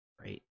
Right